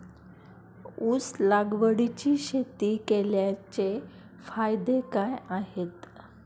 ऊस लागवडीची शेती केल्याचे फायदे काय आहेत?